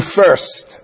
first